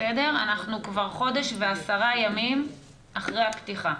ב-17.6 אנחנו כבר חודש ועשרה ימים אחרי הפתיחה,